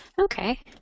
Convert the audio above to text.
Okay